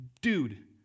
dude